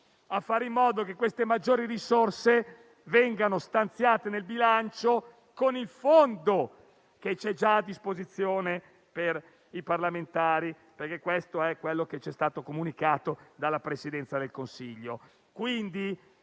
fare in modo che queste maggiori risorse venissero stanziate nel bilancio con il fondo, che è già a disposizione per i parlamentari, perché questo ci è stato comunicato dalla Presidenza del Consiglio.